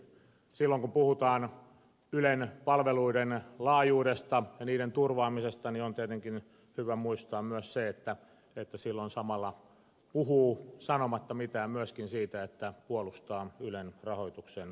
silloin kun puhutaan ylen palveluiden laajuudesta ja niiden turvaamisesta on tietenkin hyvä muistaa myös se että silloin samalla puhuu sanomatta mitään myöskin siitä että puolustaa ylen rahoituksen turvaamista